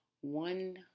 one